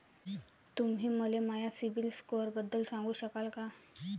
तुम्ही मले माया सीबील स्कोअरबद्दल सांगू शकाल का?